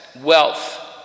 wealth